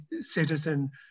citizen